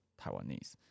Taiwanese